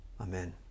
Amen